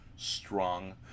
Strong